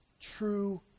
true